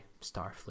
Starfleet